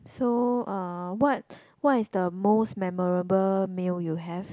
so uh what what is the most memorable meal you have